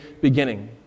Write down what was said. beginning